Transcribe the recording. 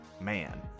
man